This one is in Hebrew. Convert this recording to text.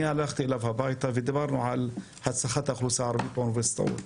אני הלכתי אליו הביתה ודברנו על הצלחת האוכלוסייה הערבית באוניברסיטאות,